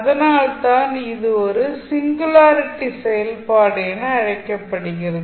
அதனால்தான் இது ஒரு சிங்குலாரிட்டி செயல்பாடு என அழைக்கப்படுகிறது